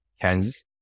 Kansas